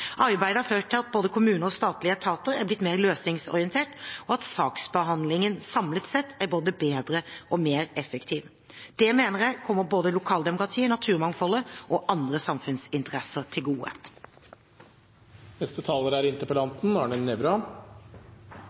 Arbeidet har ført til at både kommuner og statlige etater er blitt mer løsningsorienterte, og at saksbehandlingen samlet sett er både bedre og mer effektiv. Det mener jeg kommer både lokaldemokratiet, naturmangfoldet og andre samfunnsinteresser til